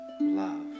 love